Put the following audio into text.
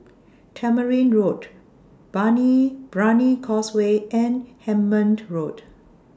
Tamarind Road Brani Causeway and Hemmant Road